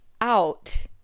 out